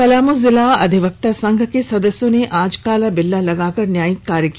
पलामू जिला अधिवक्ता संघ के सदस्यों ने आज काला बिल्ला लगाकर न्यायिक कार्य किया